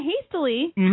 hastily